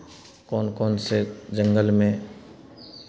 कौन कौन से जंगल में